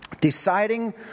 Deciding